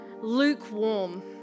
lukewarm